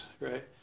Right